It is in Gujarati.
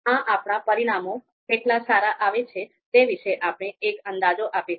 આ આપણાં પરિણામો કેટલા સારા આવે છે તે વિશે આપણે એક અંદાજો આપે છે